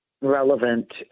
relevant